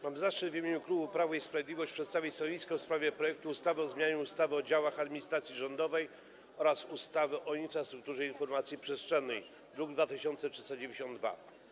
Mam zaszczyt w imieniu klubu Prawo i Sprawiedliwość przedstawić stanowisko w sprawie projektu ustawy o zmianie ustawy o działach administracji rządowej oraz ustawy o infrastrukturze informacji przestrzennej, druk nr 2392.